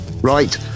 right